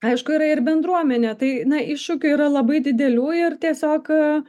aišku yra ir bendruomenė tai na iššūkių yra labai didelių ir tiesiog